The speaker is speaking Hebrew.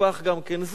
מטופח גם כן,